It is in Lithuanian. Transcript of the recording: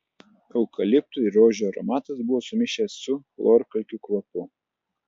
eukaliptų ir rožių aromatas buvo sumišęs su chlorkalkių kvapu